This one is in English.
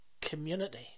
community